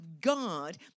God